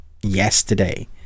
yesterday